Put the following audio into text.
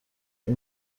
این